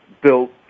built